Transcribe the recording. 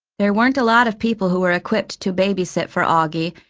there weren't a lot of people who were equipped to babysit for auggie,